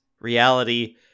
reality